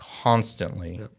constantly